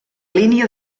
línia